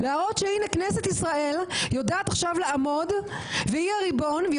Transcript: להראות שהנה כנסת ישראל יודעת עכשיו לעמוד והיא הריבון והיא